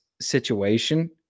situation